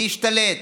להשתלט